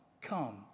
Come